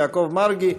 יעקב מרגי,